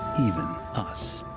even us,